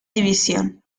división